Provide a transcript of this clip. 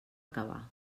acabar